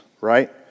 right